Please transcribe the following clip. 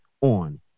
on